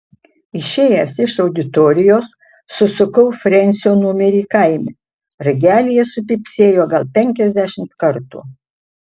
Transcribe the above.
išėjęs iš auditorijos susukau frensio numerį kaime ragelyje supypsėjo gal penkiasdešimt kartų